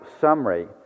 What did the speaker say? summary